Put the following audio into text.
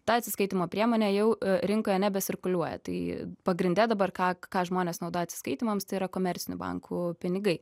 ta atsiskaitymo priemonė jau rinkoje nebesirkuliuoja tai pagrinde dabar ką ką žmonės naudoja atsiskaitymams tai yra komercinių bankų pinigai